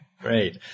Great